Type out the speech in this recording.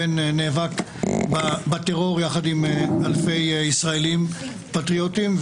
הבן נאבק בטרור יחד עם אלפי ישראלים פטריוטים,